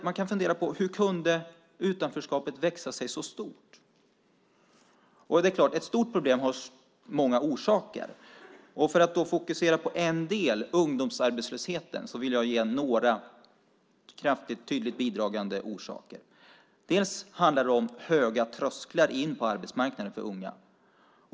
Man kan fundera på hur utanförskapet kunde växa sig så stort. Det är klart att ett stort problem har många orsaker. För att fokusera på en del, ungdomsarbetslösheten, vill jag nämna några tydligt bidragande orsaker. Det handlar om höga trösklar in på arbetsmarknaden för unga.